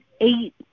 eight